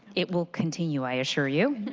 it will continue, i assure you.